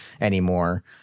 anymore